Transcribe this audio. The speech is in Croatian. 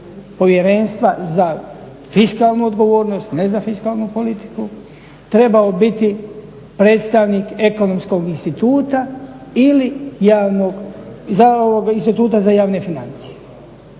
Povjerenstva za fiskalnu odgovornost, ne za fiskalnu politiku, trebao biti predstavnik Ekonomskog instituta ili Instituta za javne financije.